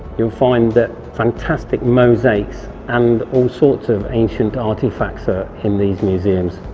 you'll find that fantastic mosaics and all sorts of ancient artifacts are in these museums.